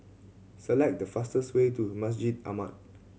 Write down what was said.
select the fastest way to Masjid Ahmad